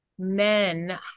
men